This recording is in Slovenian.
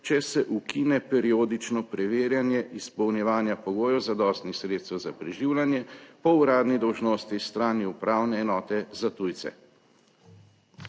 če se ukine periodično preverjanje izpolnjevanja pogojev zadostnih sredstev za preživljanje po uradni dolžnosti s strani upravne enote za tujce.«